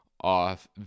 off